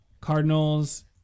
Cardinals